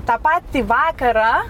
tą patį vakarą